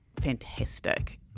fantastic